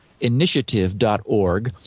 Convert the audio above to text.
initiative.org